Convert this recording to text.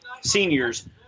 seniors